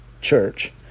church